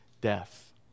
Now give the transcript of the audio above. death